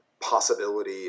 possibility